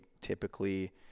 typically